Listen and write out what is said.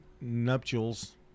nuptials